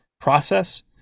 process